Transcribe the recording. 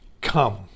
Come